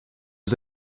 was